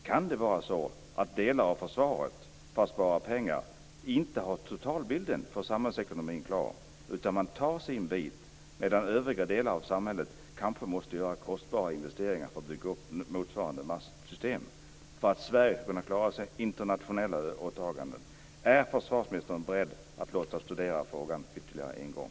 Kan det vara så att delar av försvaret för att spara pengar inte har totalbilden för samhällsekonomin klar för sig utan tar sin bit, medan övriga delar av samhället kanske måste göra kostbara investeringar för att bygga upp motsvarande mastsystem för att Sverige skall kunna klara sina internationella åtaganden? Är försvarsministern beredd att låta studera frågan ytterligare en gång?